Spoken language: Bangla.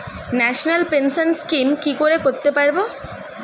ন্যাশনাল পেনশন স্কিম কি করে করতে পারব?